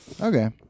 Okay